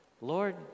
Lord